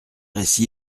rsi